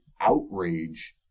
outrage